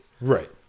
Right